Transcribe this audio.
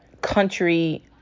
country